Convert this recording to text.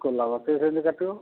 ଗୋଲାପ ସିଏ ବି ସେମିତି କାଟିବ